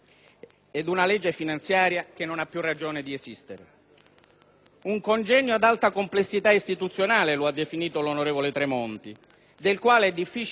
Uncongegno ad alta complessità istituzionale, lo ha definito il ministro Tremonti, del quale è difficile valutare l'impatto economico. Secondo voi, quindi,